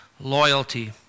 loyalty